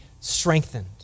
Strengthened